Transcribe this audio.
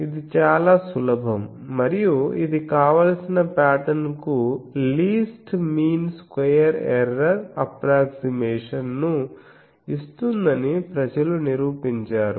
ఇది చాలా సులభం మరియు ఇది కావలసిన పాటర్న్ కు లీస్ట్ మీన్ స్క్వేర్ ఎర్రర్ అప్ప్రోక్సిమేషన్ను ఇస్తుందని ప్రజలు నిరూపించారు